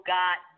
got